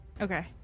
Okay